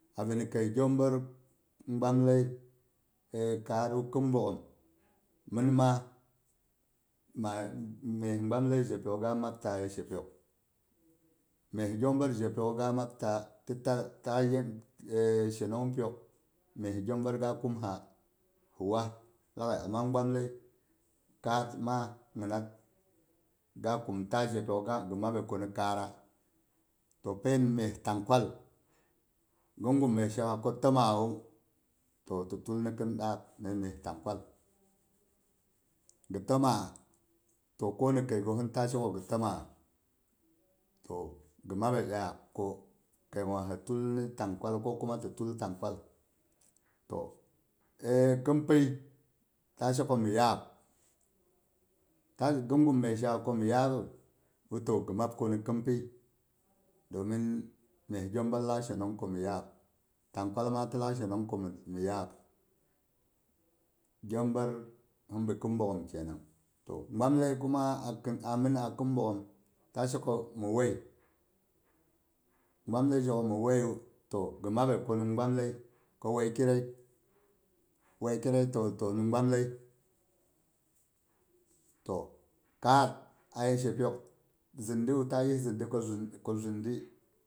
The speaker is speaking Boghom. Abi nikəi gyongbəonu gbamlai kaatra, khin bogghom min maa, gamlai zhepyok'u ga mabta ye shepyok, məi gyongbəor zhepyok'u ga mabta ti ta zhen shenongpyok məi gyongbəor ga kum ha si was tag'ai, ama gbamlai kaat maa ginat ga kumta zhepyok'u ga gi mabəi ko ni kaatra. To pain məi tangkwal gin guk myes shega ko təmawu, to ti tul nikin daak ni myes tangkwal gi təmna? Koni kəi gosin ta she ko gi təmaa? To gi mabəi dyaan ko hi tul ni tangkwat ko kuma ti tul tangkwal. To khin pyi ta she ko mi yaab, ginn gum myes shega ko mi yaabu, to, gi mab koni khin pyi, domin məi gyongbəor lak shenong koni yaab, tangkwe maa ti lak shenong komi yaab. Gyongbəor si bi khin bogghum kenang. To gbamlai kuma, a min a khim bogghom ta sheko mi waii, abamlai zhe komi waiiyu, to gi mabəi koni ambai, ko waii kiraii waii kirai to to, ni gamlai. To kaar aye shepyok zindiwa ta yis zindi ko zundi,